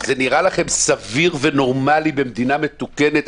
זה נראה לכם סביר שבמדינה מתוקנת,